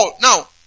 Now